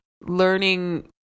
learning